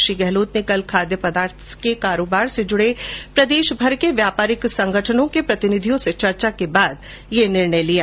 श्री गहलोत ने कल खाद्य पदार्थ के कारोबार से जुडे प्रदेशभर के व्यापारिक संगठनों के प्रतिनिधियों से चर्चा के बाद यह निर्णय लिया